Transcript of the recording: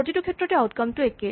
প্ৰতিটো ক্ষেত্ৰতে আউটকম টো একে